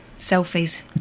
selfies